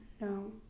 No